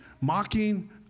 mocking